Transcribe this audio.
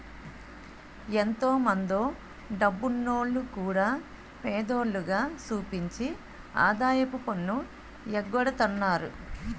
ఎంతో మందో డబ్బున్నోల్లు కూడా పేదోల్లుగా సూపించి ఆదాయపు పన్ను ఎగ్గొడతన్నారు